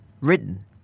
written